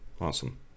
Awesome